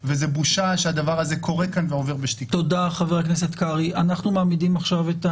וכשהשר בא ודיבר בפתח הדברים, אמר תקציב, אמר בתי